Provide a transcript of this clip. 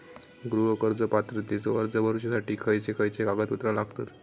गृह कर्ज पात्रतेचो अर्ज भरुच्यासाठी खयचे खयचे कागदपत्र लागतत?